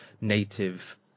native